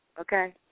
okay